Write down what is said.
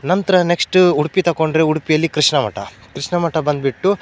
ನಂತರ ನೆಕ್ಸ್ಟು ಉಡುಪಿ ತಗೊಂಡ್ರೆ ಉಡುಪಿಯಲ್ಲಿ ಕೃಷ್ಣ ಮಠ ಕೃಷ್ಣ ಮಠ ಬಂದುಬಿಟ್ಟು